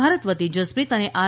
ભારત વતી જસપ્રીત અને આર